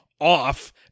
off